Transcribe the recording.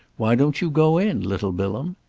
why don't you go in, little bilham?